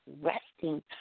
resting